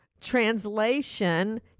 Translation